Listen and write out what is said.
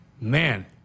man